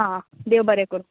आं देव बरें करू